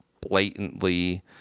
blatantly